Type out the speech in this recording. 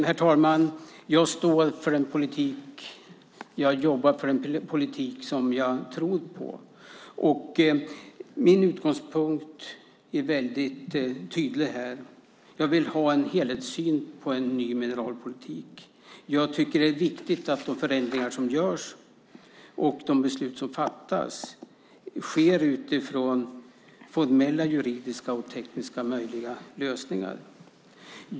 Herr talman! Jag står för den politik och jobbar för den politik som jag tror på. Min utgångspunkt är väldigt tydlig. Jag vill ha en helhetssyn på en ny mineralpolitik. Jag tycker att det är viktigt att de förändringar som görs och de beslut som fattas sker utifrån formella juridiskt och tekniskt möjliga lösningar.